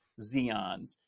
Xeons